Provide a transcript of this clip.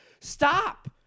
stop